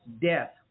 death